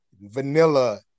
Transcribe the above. vanilla